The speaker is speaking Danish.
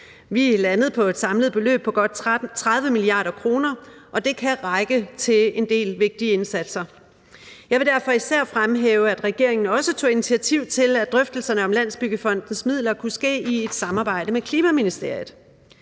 er landet på et samlet beløb på godt 30 mia. kr., og det kan række til en del vigtige indsatser. Jeg vil derfor især fremhæve, at regeringen også tog initiativ til, at drøftelserne om Landsbyggefondens midler kunne ske i et samarbejde med Klimaministeriet.